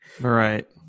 Right